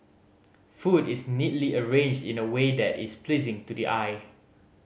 food is neatly arranged in a way that is pleasing to the eye